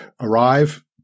arrive